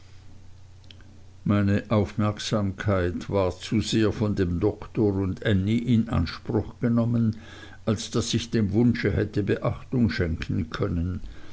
meine aufmerksamkeit war zu sehr von dem doktor und ännie in anspruch genommen als daß ich dem wunsche beachtung hätte schenken können